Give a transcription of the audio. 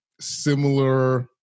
similar